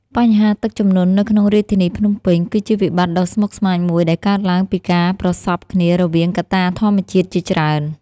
បញ្ហាទឹកជំនន់នៅក្នុងរាជធានីភ្នំពេញ គឺជាវិបត្តិដ៏ស្មុគស្មាញមួយដែលកើតឡើងពីការប្រសព្វគ្នារវាងកត្តាធម្មជាតិជាច្រើន។